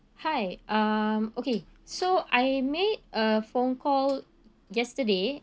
hi um okay so I made a phone call yesterday